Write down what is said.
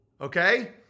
okay